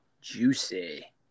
juicy